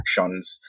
actions